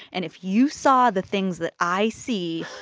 and if you saw the things that i see,